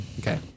Okay